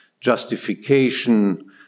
justification